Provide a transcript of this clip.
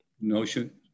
notion